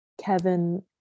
kevin